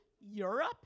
Europe